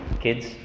Kids